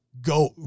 go